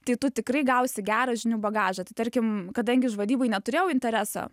tai tu tikrai gausi gerą žinių bagažą tai tarkim kadangi aš vadybai neturėjau intereso